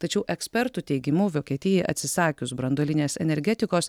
tačiau ekspertų teigimu viokietijai atsisakius branduolinės energetikos